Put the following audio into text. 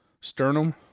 sternum